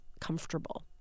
comfortable